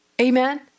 Amen